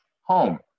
home